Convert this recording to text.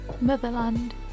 Motherland